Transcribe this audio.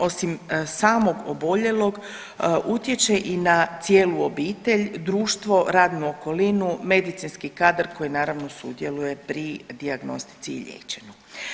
Osim samog oboljelog utječe i na cijelu obitelj, društvo, radnu okolinu, medicinski kadar koji naravno sudjeluje pri dijagnostici i liječenju.